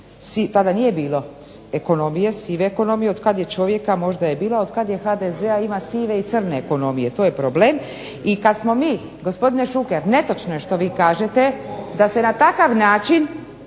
ekonomije, sive ekonomije. Od kad je čovjeka možda je bilo, a od kad je HDZ-a ima i sive i crne ekonomije. To je problem. I kad smo mi gospodine Šuker, netočno je što vi kažete da se na takav način